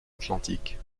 atlantique